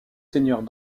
seigneurs